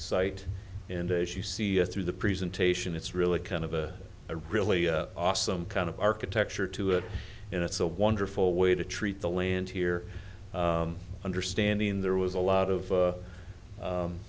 site and as you see through the presentation it's really kind of a a really awesome kind of architecture to it and it's a wonderful way to treat the land here understanding there was a lot of